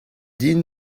din